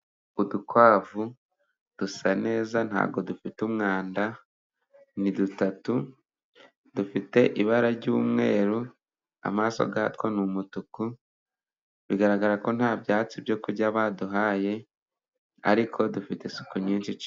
Udukwavu dusa neza ,ntabwo dufite umwanda ,ni dutatu dufite ibara ry'umweru, amaso yatwo ni umutuku bigaragara ko nta byatsi byo kurya baduhaye, ariko dufite isuku nyinshi.